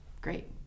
Great